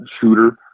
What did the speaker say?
shooter